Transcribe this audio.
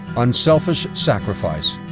unselfish sacrifice,